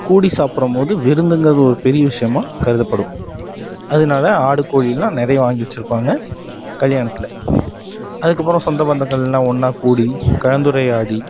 கூடி சாப்பிட்றம் போது விருந்துங்கிறது ஒரு பெரிய விஷயமா கருதப்படும் அதனால் ஆடு கோழிலாம் நிறைய வாங்கி வச்சுருப்பாங்க கல்யாணத்தில் அதுக்கப்புறம் சொந்த பந்தங்கள்லாம் ஒன்னாக கூடி கலந்துரையாடி